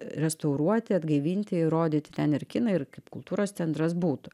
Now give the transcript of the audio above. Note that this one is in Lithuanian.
restauruoti atgaivinti ir rodyti ten ir kiną ir kaip kultūros centras būtų